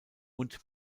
und